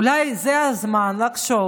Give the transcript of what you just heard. אולי זה הזמן לחשוב